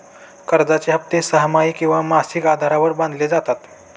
कर्जाचे हप्ते सहामाही किंवा मासिक आधारावर बांधले जातात